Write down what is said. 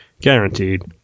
Guaranteed